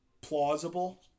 plausible